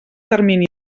termini